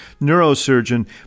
neurosurgeon